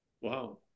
Wow